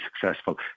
successful